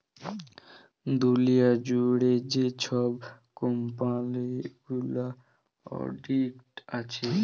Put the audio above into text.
দুঁলিয়া জুইড়ে যে ছব কম্পালি গুলা অডিট ক্যরে